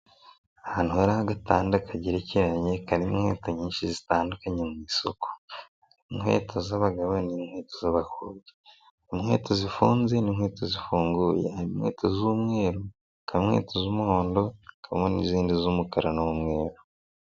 Ahantu hari agatanda kagerekeranye karimo inkweto nyinshi zitandukanye mu isoko. Inkweto z'abagabo n'inkweto z'abakobwa, inkweto zifunze n'inkweto zifunguye, harimo inkweto z'umweru, hakabamo inkweto z'umuhondo, hakabamo n'izindi z'umukara n'umweru.